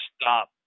stop